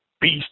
beast